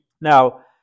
Now